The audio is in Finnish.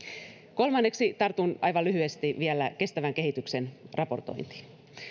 kolmanneksi tartun aivan lyhyesti vielä kestävän kehityksen raportointiin